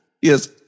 Yes